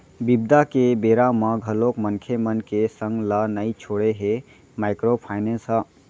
बिपदा के बेरा म घलोक मनखे मन के संग ल नइ छोड़े हे माइक्रो फायनेंस ह